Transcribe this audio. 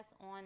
on